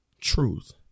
truth